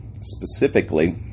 specifically